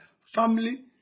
family